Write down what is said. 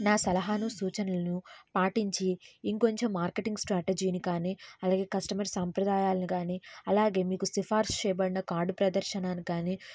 నా సలహాను సూచనలను పాటించి ఇంకొంచెం మార్కెటింగ్ స్ట్రాటజీని కానీ అలాగే కస్టమర్ సాంప్రదాయాలను కానీ అలాగే మీకు సిఫారసు చేయబడిన కార్డ్ ప్రదర్శనను కానీ